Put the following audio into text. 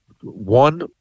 one